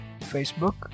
Facebook